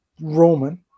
Roman